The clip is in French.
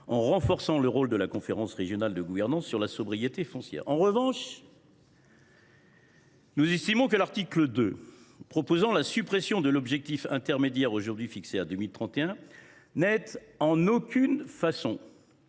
en renforçant le rôle de la conférence régionale de gouvernance de la sobriété foncière. En revanche, nous estimons que l’article 2, qui vise à supprimer l’objectif intermédiaire, aujourd’hui fixé à 2031, n’est en aucune façon